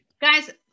Guys